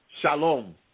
Shalom